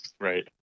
Right